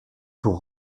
pour